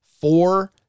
four